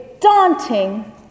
daunting